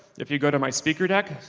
if you go to my speaker deck,